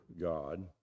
God